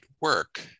Work